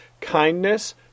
kindness